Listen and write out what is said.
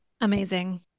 Amazing